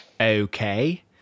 Okay